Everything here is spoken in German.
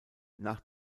nach